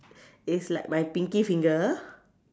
it's like my pinkie finger